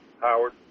Howard